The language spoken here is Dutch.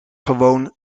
gewoon